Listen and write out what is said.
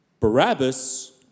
Barabbas